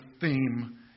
theme